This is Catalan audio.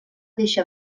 deixa